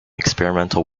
experimental